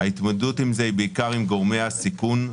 ההתמודדות עם זה היא בעיקר עם גורמי הסיכון,